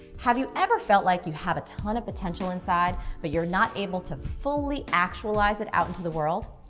have you ever felt like you have a ton of potential inside, but you're not able to fully actualize it out into the world?